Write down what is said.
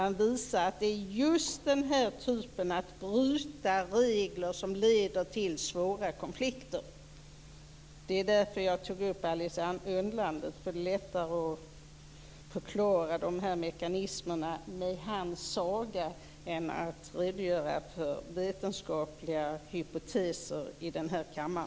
Han visar att det är just ändrandet av regler som leder till svåra konflikter. Det är därför jag tog med Alice i Underlandet. Det är lättare att förklara mekanismerna i den här kammaren med hjälp av en saga än att redogöra för vetenskapliga hypoteser.